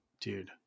Dude